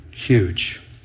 huge